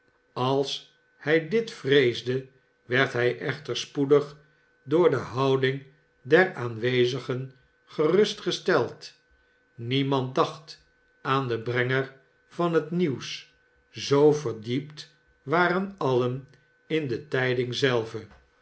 als hij dit vresde werd hij echter spoedig door de houding der aanwezigen gerustgesteld niemand dacht aan den brenger van het nieuws zoo verdiept waren alien in de tijding zelve